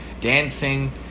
dancing